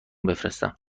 بفرستم